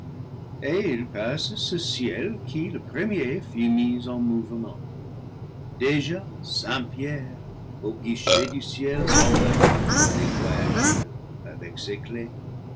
et ils passent ce ciel qui le premier fut mis en mouvement déjà saint pierre au guichet du ciel livre iii semble atlendre les voyageurs avec ses clefs